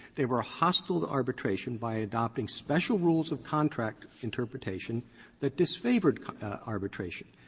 they were hostile to arbitration by adopting special rules of contract interpretation that disfavored arbitration.